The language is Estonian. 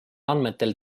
andmetel